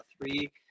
three